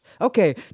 Okay